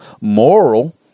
moral